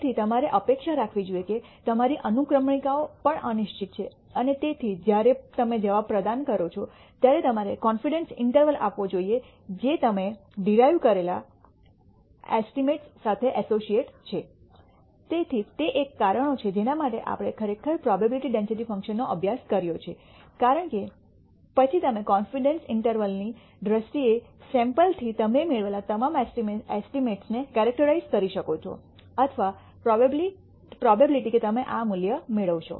તેથી તમારે અપેક્ષા રાખવી જોઈએ કે તમારી અનુક્રમણિકાઓ પણ અનિશ્ચિત છે અને તેથી જ્યારે તમે જવાબો પ્રદાન કરો છો ત્યારે તમારે કોન્ફિડેન્સ ઇન્ટરવલ આપવો જોઈએ જે તમે ડીરાઇવ કરેલા એસ્ટિમેટસ સાથે એસોસિએટે છે તેથી તે એક કારણો છે જેના માટે આપણે ખરેખર પ્રોબેબીલીટી ડેન્સિટી ફંકશનનો અભ્યાસ કર્યો છે કારણ કે પછી તમે કોન્ફિડેન્સ ઇન્ટરવલ ની દ્રષ્ટિએ સૈમ્પલથી તમે મેળવેલા તમામ એસ્ટિમેટસને કૈરિક્ટરાઇજ઼ કરી શકો છો અથવા પ્રોબેબીલીટી કે તમે આ મૂલ્ય મેળવશો